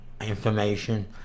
information